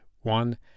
one